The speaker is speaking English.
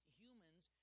humans